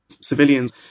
civilians